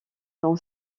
dans